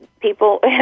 people